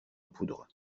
poudre